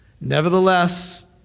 Nevertheless